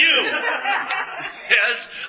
Yes